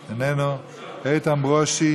איננו, איתן ברושי,